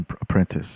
Apprentice